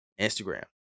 Instagram